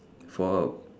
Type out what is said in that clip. for